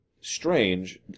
Strange